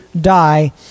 die